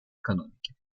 экономики